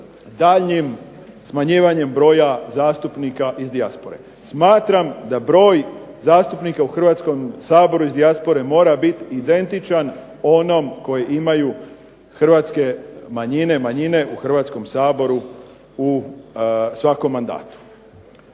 daljnjim smanjivanja broja zastupnika iz dijaspore. Smatram da broj zastupnika u Hrvatskom saboru iz dijaspore mora biti identičan onom koji imaju hrvatske manjine, manjine u Hrvatskom saboru u svakom mandatu.